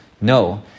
no